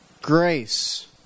grace